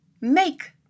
make